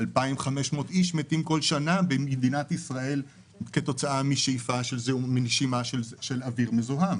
2,500 אנשים מתים בכל שנה במדינת ישראל כתוצאה מנשימה של אוויר מזוהם